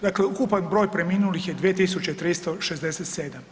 Dakle, ukupan broj preminulih je 2367.